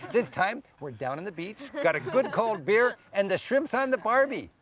this time, we're down in the beach, got a good, cold beer, and the shrimp's on the barbie.